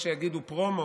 או יש שיגידו פרומו,